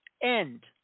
end